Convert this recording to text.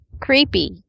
creepy